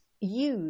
use